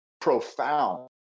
profound